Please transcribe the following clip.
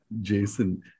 Jason